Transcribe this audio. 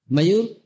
Mayur